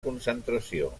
concentració